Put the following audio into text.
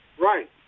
Right